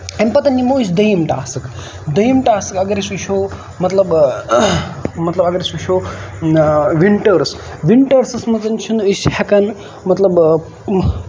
اَمہِ پَتہٕ نِمو أسۍ دوٚیِم ٹَاسٔک دوٚیم ٹاسَک اَگر أسۍ وٕچھو مطلب مطلب اَگر أسۍ وٕچھو وِنٹٲرٕس وِنٹٲرٕسس منٛز چھِ نہٕ أسۍ ہٮ۪کان مطلب